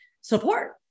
support